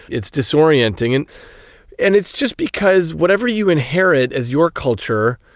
it's disorienting. and and it's just because whatever you inherit as your culture,